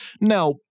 Now